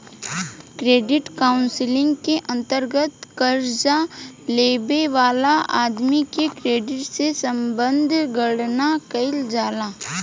credit counselling के अंतर्गत कर्जा लेबे वाला आदमी के क्रेडिट से संबंधित गणना कईल जाला